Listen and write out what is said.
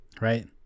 right